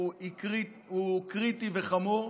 הוא קריטי וחמור,